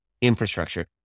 infrastructure